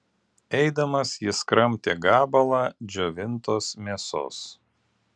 eidamas jis kramtė gabalą džiovintos mėsos